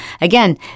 again